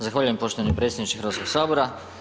Zahvaljujem poštovani predsjedniče Hrvatskog sabora.